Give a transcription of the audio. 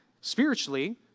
spiritually